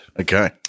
Okay